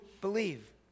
believe